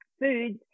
foods